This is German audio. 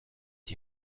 die